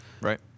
Right